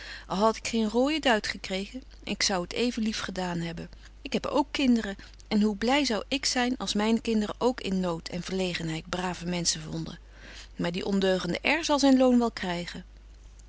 had ik geen rooije duit gekregen ik zou t even lief gedaan hebben ik heb ook kinderen en hoe bly zou ik zyn als myne kinderen ook in nood en verlegenheid brave menschen vonden maar die ondeugende r zal zyn loon wel krygen